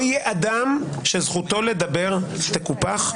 לא יהיה אדם שזכותו לדבר תקופח.